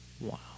Wow